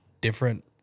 different